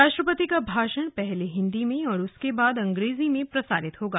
राष्ट्रपति का भाषण पहले हिंदी में और उसके बाद अंग्रेजी में प्रसारित होगा